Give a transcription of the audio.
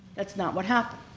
that's not what happened.